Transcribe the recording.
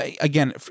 again